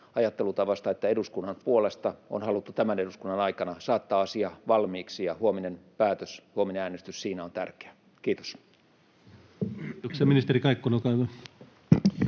ajattelutavasta, että eduskunnan puolesta on haluttu tämän eduskunnan aikana saattaa asia valmiiksi, ja huominen päätös, huominen äänestys, siinä on tärkeä. — Kiitos. [Speech 20] Speaker: